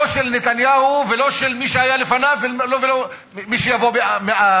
לא של נתניהו ולא של מי שהיה לפניו ולא של מי שיבוא אחריו.